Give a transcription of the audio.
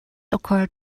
occurred